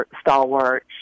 stalwart